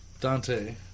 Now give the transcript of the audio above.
Dante